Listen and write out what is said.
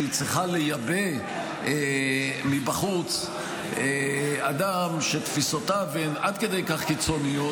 שהיא צריכה לייבא מבחוץ אדם שתפיסותיו הן עד כדי כך קיצוניות,